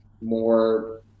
more